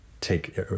take